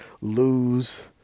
lose